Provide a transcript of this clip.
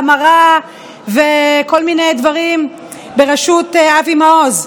המרה וכל מיני דברים בראשות אבי מעוז,